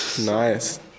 Nice